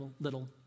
little